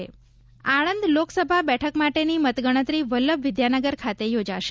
આણંદ મતગણતરી આણંદ લોકસભા બેઠક માટેની મતગણતરી વલ્લભવિદ્યાનગર ખાતે યોજાશે